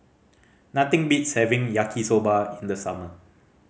nothing beats having Yaki Soba in the summer